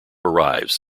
arrives